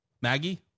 Maggie